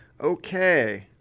Okay